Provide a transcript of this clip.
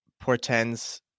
portends